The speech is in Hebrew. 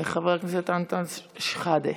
חבר הכנסת אנטאנס שחאדה.